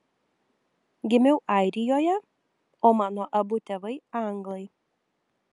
gimiau airijoje o mano abu tėvai anglai